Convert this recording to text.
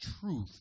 truth